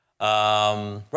Right